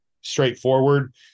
straightforward